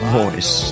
voice